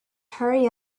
hurry